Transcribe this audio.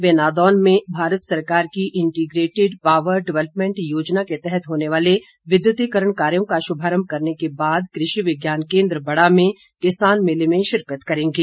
वे नादौन में भारत सरकार की इंटीग्रेटेड पावर डेवलपमैंट योजना के तहत होने वाले विद्युतीकरण कार्यो का शुभारंभ करने के बादकृषि विज्ञान केन्द्र बड़ा में किसान मेले में शिरकत करेंगे